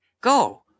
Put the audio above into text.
Go